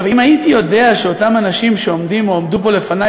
אם הייתי יודע שאותם אנשים שעומדים או עמדו פה לפני,